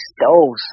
stole